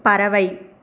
பறவை